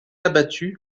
abattu